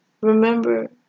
remember